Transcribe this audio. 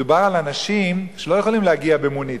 מדובר על אנשים שלא יכולים להגיע במונית,